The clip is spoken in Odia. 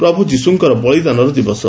ପ୍ରଭୁ ଯିଶୁଙ୍କର ବଳିଦାନର ଦିବସ